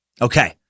Okay